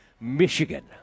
Michigan